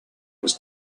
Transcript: was